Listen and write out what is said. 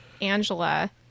Angela